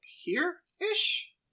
here-ish